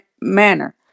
manner